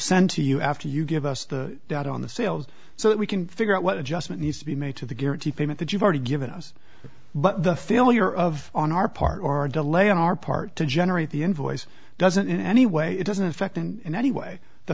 send to you after you give us the doubt on the sales so that we can figure out what adjustment needs to be made to the guarantee payment that you've already given us but the failure of on our part or a delay on our part to generate the invoice doesn't in any way it doesn't affect and in any way the